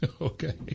Okay